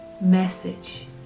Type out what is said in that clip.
message